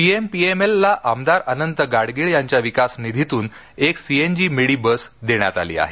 PMPML ला आमदार अनंत गाडगीळ यांच्या विकास निधीतून एक सीएनजी मिडी बस देण्यात आली आहे